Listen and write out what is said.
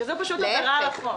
שזה פשוט עברה על החוק.